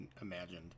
imagined